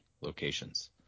locations